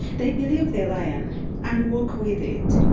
they believe the lion and walk with it.